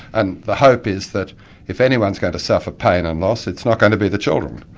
and the hope is that if anyone's going to suffer pain and loss, it's not going to be the children.